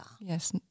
Yes